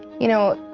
you know,